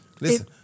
Listen